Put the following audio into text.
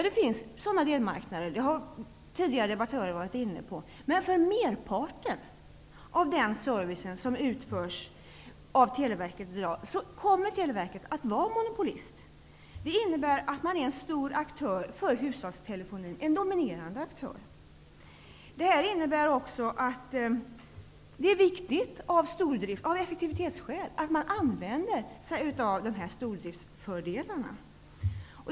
Det finns ju delmarknader -- något som tidigare talare varit inne på. Men för merparten av den service som i dag utförs av Televerket kommer Televerket att vara monopolist. Det innebär att man är en stor och dominerande aktör när det gäller hushållstelefoni. Detta innebär också att det av effektivitetsskäl är viktigt att man drar nytta av stordriftsfördelarna.